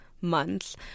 months